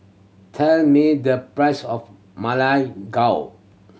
tell me the price of Ma Lai Gao